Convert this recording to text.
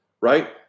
Right